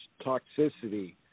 toxicity